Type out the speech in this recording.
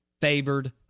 favored